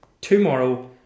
Tomorrow